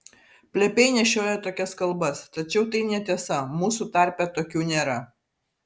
plepiai nešiojo tokias kalbas tačiau tai netiesa mūsų tarpe tokių nėra